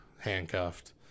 handcuffed